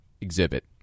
exhibit